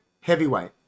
heavyweight